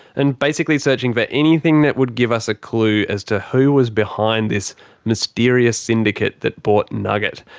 and basically searching for anything that would give us a clue as to who was behind this mysterious syndicate that bought nugget.